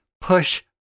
push